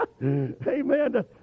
amen